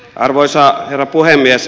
arvoisa herra puhemies